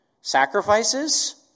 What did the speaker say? Sacrifices